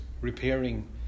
repairing